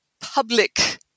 public